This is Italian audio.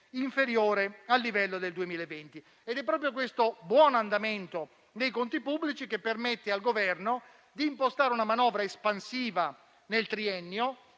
inferiore al livello del 2020. È proprio questo buon andamento dei conti pubblici che permette al Governo di impostare una manovra espansiva nel triennio,